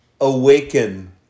awaken